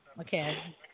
okay